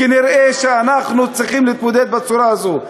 כנראה אנחנו צריכים להתמודד בצורה הזאת.